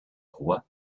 roi